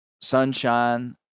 Sunshine